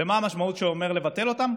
ומה המשמעות שהוא אומר לבטל אותם?